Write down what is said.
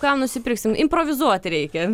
ką nusipirksim improvizuot reikia